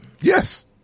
Yes